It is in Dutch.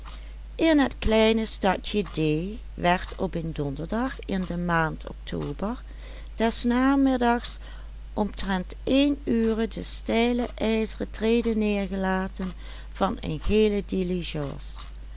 des namiddags omtrent één ure de stijle ijzeren trede neergelaten van een gele